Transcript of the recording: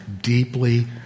deeply